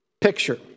picture